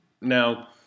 Now